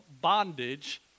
bondage